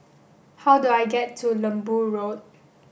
how do I get to Lembu Road